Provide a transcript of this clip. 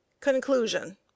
conclusion